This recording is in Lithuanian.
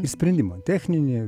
ir sprendimą techninį